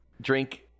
drink